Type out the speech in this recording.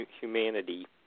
Humanity